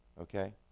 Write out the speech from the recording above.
Okay